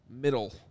middle